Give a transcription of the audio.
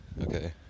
okay